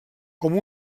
com